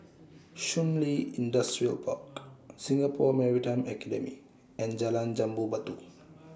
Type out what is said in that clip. Shun Li Industrial Park Singapore Maritime Academy and Jalan Jambu Batu